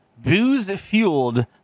Booze-fueled